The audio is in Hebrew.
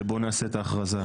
שבו נעשית ההכרזה.